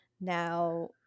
now